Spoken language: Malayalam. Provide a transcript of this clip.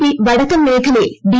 പി വടക്കൻ മേഖലയിൽ ഡി